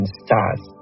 stars